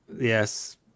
yes